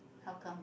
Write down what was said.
how come